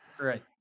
Right